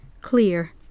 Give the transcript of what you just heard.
Clear